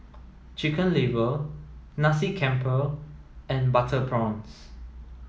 chicken liver Nasi Campur and butter prawns